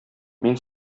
мин